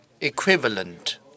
equivalent